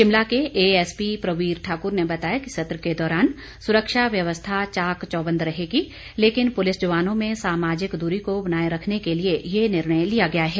शिमला के ASP Praveer Thakur ने बताया कि सत्र के दौरान सुरक्षा व्यवस्था चॉकचौबंद रहेगी लेकिन पुलिस जवानों में सामाजिक दूरी को बनाए रखने के लिए ये निर्णय लिया गया है